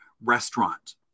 restaurant